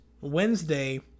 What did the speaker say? Wednesday